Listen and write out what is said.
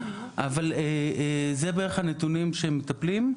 אבל אלה בערך הנתונים שמטפלים,